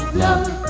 love